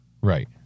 Right